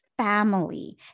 family